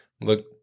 look